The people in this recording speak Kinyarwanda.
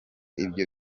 ibyo